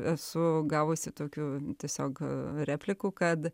esu gavusi tokių tiesiog replikų kad